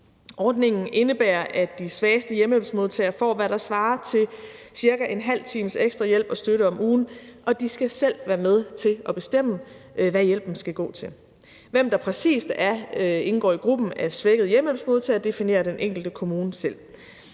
Ordningen indebærer, at de svageste hjemmehjælpsmodtagere får, hvad der svarer til cirka en halv times ekstra hjælp og støtte om ugen, og de skal selv være med til at bestemme, hvad hjælpen skal gå til. Hvem der præcist indgår i gruppen af svækkede ældre hjemmehjælpsmodtagere, definerer den enkelte kommune selv.